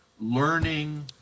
learning